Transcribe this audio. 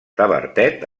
tavertet